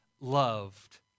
loved